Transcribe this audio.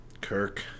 Kirk